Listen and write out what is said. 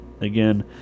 Again